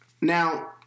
now